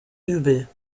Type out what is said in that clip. übel